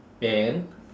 then